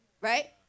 right